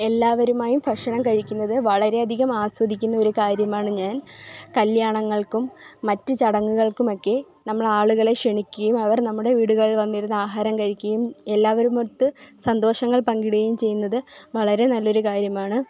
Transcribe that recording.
എല്ലാവരുമായും ഭക്ഷണം കഴിക്കുന്നത് വളരെയധികം ആസ്വദിക്കുന്ന ഒരു കാര്യമാണ് ഞാൻ കല്യാണങ്ങൾക്കും മറ്റു ചടങ്ങുകൾക്കുമൊക്കെ നമ്മൾ ആളുകളെ ക്ഷണിക്കുകയും അവർ നമ്മുടെ വീടുകളിൽ വന്നിരുന്ന് ആഹാരം കഴിക്കയും എല്ലാവരുമൊത്ത് സന്തോഷങ്ങൾ പങ്കിടുകയും ചെയ്യുന്നത് വളരെ നല്ലൊരു കാര്യമാണ്